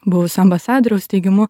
buvusio ambasadoriaus teigimu